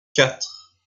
quatre